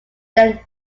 then